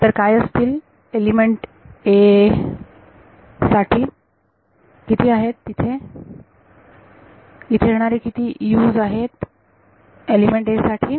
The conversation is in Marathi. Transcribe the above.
तर काय असतील एलिमेंट a साठी किती आहेत तिथे इथे येणारे किती 's आहेत एलिमेंट a साठी